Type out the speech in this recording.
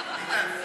מיואש?